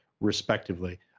respectively